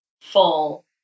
full